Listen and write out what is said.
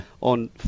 on